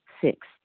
Six